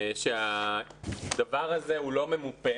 שהדבר הזה לא ממופה.